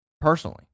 Personally